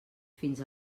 fins